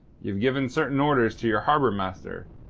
ye've given certain orders to your harbour-master,